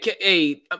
hey